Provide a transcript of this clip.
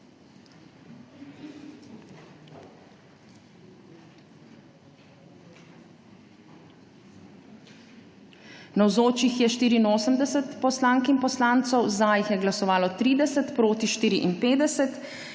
Navzočih je 84 poslank in poslancev, za jih je glasovalo 30, proti 54.